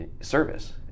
service